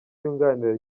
yunganira